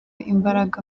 imbaraga